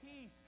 peace